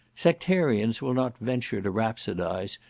sectarians will not venture to rhapsodise,